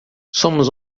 somos